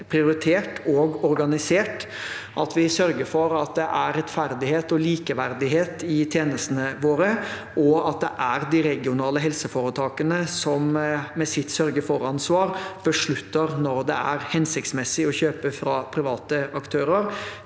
prioritert og organisert, at vi sørger for at det er rettferdighet og likeverdighet i tjenestene våre, og at det er de regionale helseforetakene som – med sitt sørgefor-ansvar – beslutter når det er hensiktsmessig å kjøpe fra private aktører.